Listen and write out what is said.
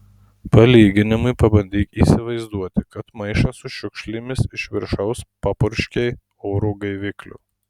palyginimui pabandyk įsivaizduoti kad maišą su šiukšlėmis iš viršaus papurškei oro gaivikliu